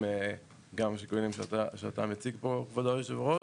גם השיקולים שאתה מציג פה כבוד יושב הראש.